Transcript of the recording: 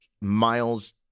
miles